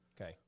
Okay